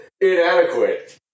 inadequate